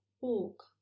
walk